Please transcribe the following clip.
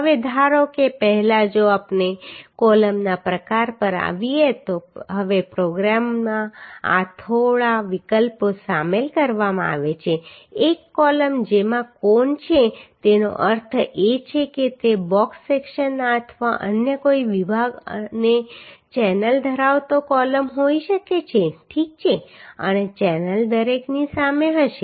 હવે ધારો કે પહેલા જો આપણે કોલમના પ્રકાર પર આવીએ તો હવે પ્રોગ્રામમાં આ થોડા વિકલ્પો સામેલ કરવામાં આવ્યા છે એક કોલમ જેમાં કોણ છે તેનો અર્થ એ છે કે તે બોક્સ સેક્શન અથવા અન્ય કોઈ વિભાગ અને ચેનલ ધરાવતો કોલમ હોઈ શકે છે ઠીક છે અને ચેનલ દરેકની સામે હશે